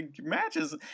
matches